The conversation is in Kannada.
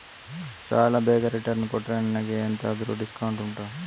ಸಾಲ ಬೇಗ ರಿಟರ್ನ್ ಕೊಟ್ರೆ ನನಗೆ ಎಂತಾದ್ರೂ ಡಿಸ್ಕೌಂಟ್ ಉಂಟಾ